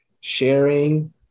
sharing